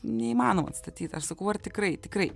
neįmanoma atstatyt aš sakau ar tikrai tikrai